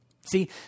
See